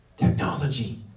Technology